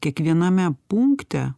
kiekviename punkte